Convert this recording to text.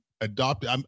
adopted